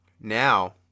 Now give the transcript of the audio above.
now